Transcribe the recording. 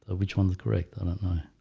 ah which one the correct? i don't know